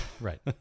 Right